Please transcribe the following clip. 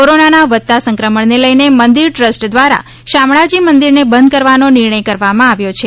કોરોનાના વધતા સંક્રમણને લઈને મંદિર ટ્રસ્ટ દ્વારા શામળાજી મંદિરને બંધ કરવાનો નિર્ણય કરવામાં આવ્યો છે